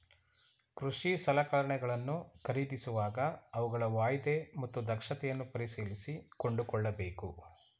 ಕೃಷಿ ಸಲಕರಣೆಗಳನ್ನು ಖರೀದಿಸುವಾಗ ಅವುಗಳ ವಾಯ್ದೆ ಮತ್ತು ದಕ್ಷತೆಯನ್ನು ಪರಿಶೀಲಿಸಿ ಕೊಂಡುಕೊಳ್ಳಬೇಕು